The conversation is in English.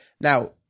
Now